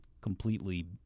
completely